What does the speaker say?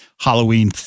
Halloween